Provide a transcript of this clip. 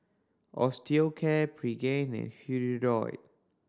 Osteocare Pregain and Hirudoid